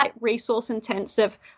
resource-intensive